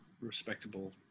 respectable